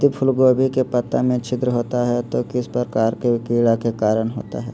यदि फूलगोभी के पत्ता में छिद्र होता है तो किस प्रकार के कीड़ा के कारण होता है?